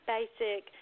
basic